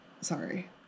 Sorry